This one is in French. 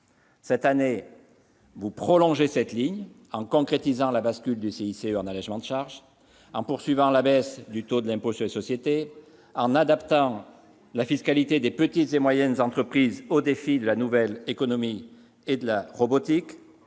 Cette année, vous prolongez cette ligne en concrétisant la bascule du CICE en allégements de charges, en poursuivant la baisse du taux de l'impôt sur les sociétés, en adaptant la fiscalité des petites et moyennes entreprises aux défis de la nouvelle économie et de la robotique,